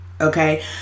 okay